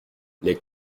les